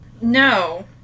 No